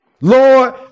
Lord